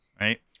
Right